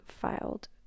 filed